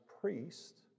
priest